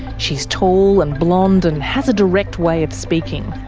she's tall, and blond, and has a direct way of speaking.